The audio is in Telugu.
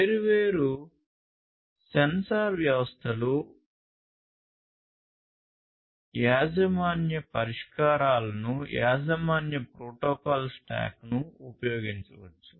వేర్వేరు సెన్సార్ వ్యవస్థలు యాజమాన్య పరిష్కారాలను యాజమాన్య ప్రోటోకాల్ స్టాక్ను ఉపయోగించవచ్చు